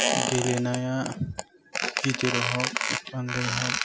गेलेनाया गिदिर हक उन्दै हक